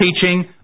teaching